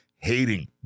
Hating